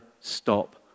stop